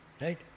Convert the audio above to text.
right